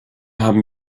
haben